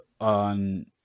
on